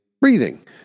breathing